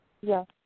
Yes